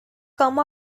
come